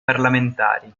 parlamentari